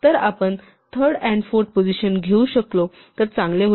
तर आपण third and fourth position घेऊ शकलो तर चांगले होईल